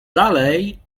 dalej